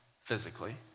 physically